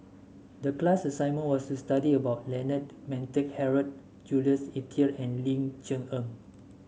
the class assignment was to study about Leonard Montague Harrod Jules Itier and Ling Cher Eng